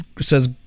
says